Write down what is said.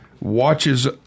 watches